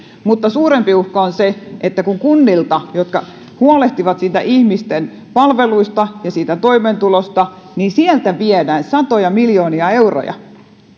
mutta suurempi uhka on se että kunnilta jotka huolehtivat ihmisten palveluista ja siitä toimeentulosta viedään satoja miljoonia euroja